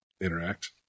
interact